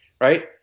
Right